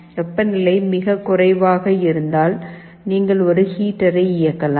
வெப்பநிலை மிகக் குறைவாக இருந்தால் நீங்கள் ஒரு ஹீட்டரை இயக்கலாம்